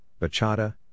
bachata